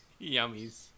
Yummies